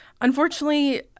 Unfortunately